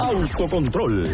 Autocontrol